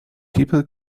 people